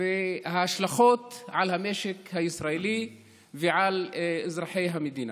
ועל כל ההשלכות על המשק הישראלי ועל אזרחי המדינה.